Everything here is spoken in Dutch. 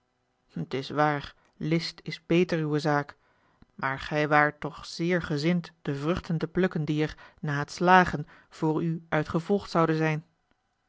t is waar list is beter uwe zaak maar gij waart toch zeer gezind de vruchten te plukken die er na het slagen voor u uit gevolgd zouden zijn